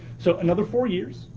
so another four years.